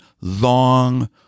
long